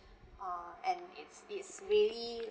uh and it's it's really